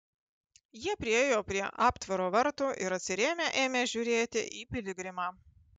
jie priėjo prie aptvaro vartų ir atsirėmę ėmė žiūrėti į piligrimą